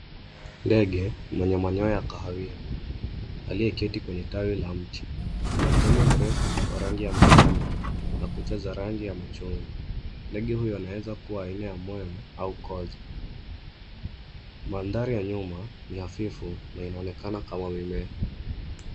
Ndege lenye manyoya ya kahawia aliyeketi kwenye tawi la mti na mdomo mrefu wa rangi ya manjano na kucha za rangi ya machungwa. Ndege huyo anaezakuwa aina ya mwewe au kozi. Manthari ya nyuma ni hafifu na inaonekana kama mimea.